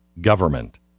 government